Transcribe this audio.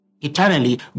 Eternally